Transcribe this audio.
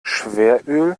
schweröl